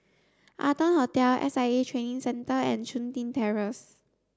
Arton Hotel S I A Training Centre and Chun Tin Terrace